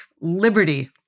liberty